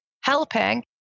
helping